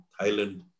Thailand